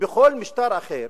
שבכל משטר אחר